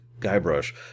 Guybrush